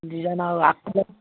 design আৰু আগফালে